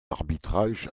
arbitrage